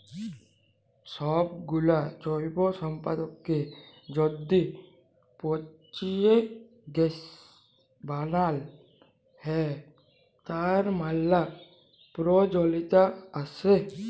সবগুলা জৈব সম্পদকে য্যদি পচিয়ে গ্যাস বানাল হ্য়, তার ম্যালা প্রয়জলিয়তা আসে